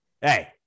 Hey